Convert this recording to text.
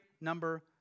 number